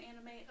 Anime